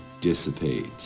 dissipate